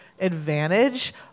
advantage